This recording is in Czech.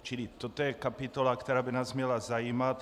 Čili toto je kapitola, která by nás měla zajímat.